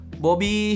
Bobby